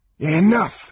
Enough